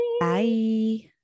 Bye